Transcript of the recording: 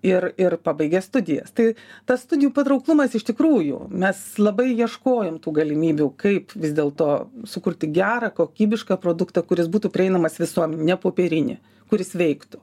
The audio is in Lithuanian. ir ir pabaigia studijas tai tas studijų patrauklumas iš tikrųjų mes labai ieškojom tų galimybių kaip vis dėlto sukurti gerą kokybišką produktą kuris būtų prieinamas visuomen ne popierinį kuris veiktų